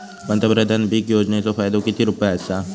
पंतप्रधान पीक योजनेचो फायदो किती रुपये आसा?